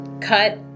cut